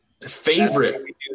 Favorite